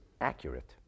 accurate